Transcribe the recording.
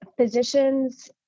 physicians